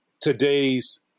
today's